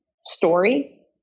story